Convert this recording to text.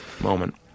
moment